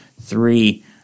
three